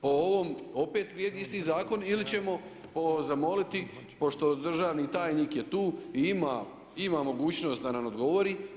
Po ovom opet vrijedi isti zakon ili ćemo zamoliti pošto državni tajnik je tu i ima, ima mogućnost da nam odgovori.